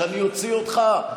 שאני אוציא אותך?